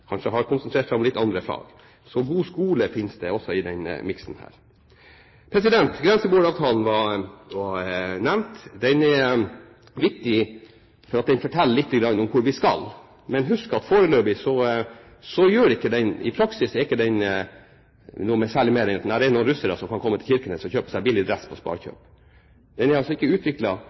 kanskje har konsentrert seg om litt andre fag. Så god skole finnes det også i denne miksen her. Grenseboeravtalen er blitt nevnt. Den er viktig, for den forteller litt om hvor vi skal. Men husk at foreløpig er den i praksis ikke noe særlig mer enn at det er noen russere som kan komme til Kirkenes og kjøpe seg billig dress på Sparkjøp. Den er altså ikke